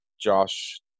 Josh